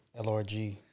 LRG